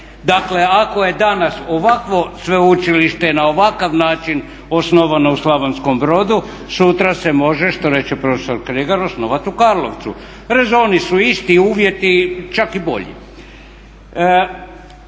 Dakle, ako je danas ovakvo sveučilište na ovakav način osnovano u Slavonskom Brodu sutra se može što reče prof. Kregar osnovati u Karlovcu. Rezoni su isti, uvjeti čak i bolji.